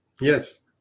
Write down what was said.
Yes